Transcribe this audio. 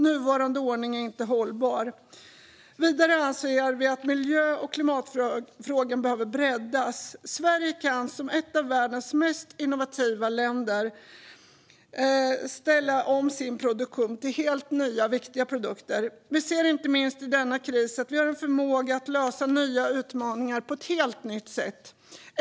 Nuvarande ordning är inte hållbar. Vidare anser vi att miljö och klimatfrågan behöver breddas. Sverige kan som ett av världens mest innovativa länder ställa om sin produktion till helt nya viktiga produkter. Vi ser inte minst i denna kris att vi har en förmåga att lösa nya utmaningar på ett helt nytt sätt.